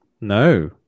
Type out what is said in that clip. No